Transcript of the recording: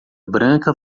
branca